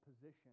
position